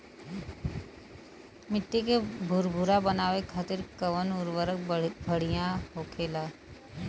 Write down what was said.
मिट्टी के भूरभूरा बनावे खातिर कवन उर्वरक भड़िया होखेला?